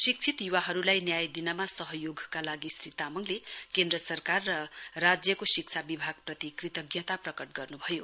शिक्षित युवाहरुलाई न्याय दिनमा सहयोगका लागि श्री तामङले केन्द्र सरकार र राज्यको शिक्षा विभागप्रति कृतज्ञता प्रकट गर्नुभयो